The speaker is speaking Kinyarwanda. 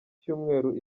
cyumweru